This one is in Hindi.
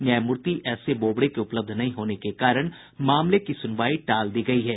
न्यायमूर्ति एसए बोबडे के उपलब्ध नहीं होने के कारण मामले की सुनवाई टाल दी गयी है